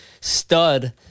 stud